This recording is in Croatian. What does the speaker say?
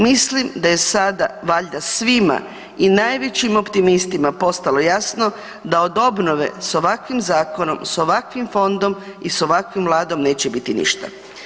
Mislim da je sada valjda svima i najvećim optimistima postalo jasno da od obnove sa ovakvim zakonom, sa ovakvim fondom i sa ovakvom Vladom neće biti ništa.